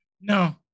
No